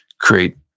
create